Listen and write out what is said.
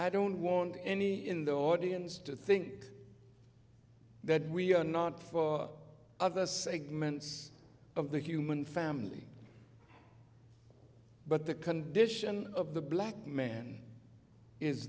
i don't want any in the audience to think that we are not for other segments of the human family but the condition of the black man is